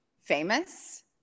famous